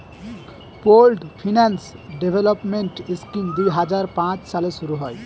pooled finance development scheme দুই হাজার পাঁচ সালে শুরু হয়